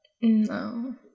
No